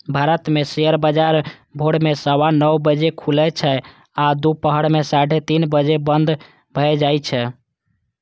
भारत मे शेयर बाजार भोर मे सवा नौ बजे खुलै छै आ दुपहर मे साढ़े तीन बजे बंद भए जाए छै